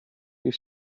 you